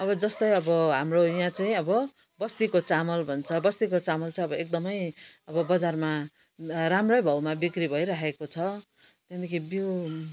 अब जस्तै अब हाम्रो यहाँ चाहिँ अब बस्तीको चामल भन्छ बस्तीको चामल चाहिँ अब एकदमै अब बजारमा राम्रै भावमा बिक्री भइराखेकोछ त्यहाँदेखि बिउ